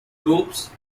troops